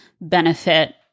benefit